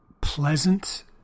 pleasant